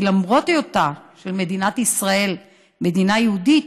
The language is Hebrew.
כי למרות היותה של מדינת ישראל מדינה יהודית,